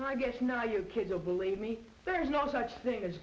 one i guess now you kids will believe me there is no such thing as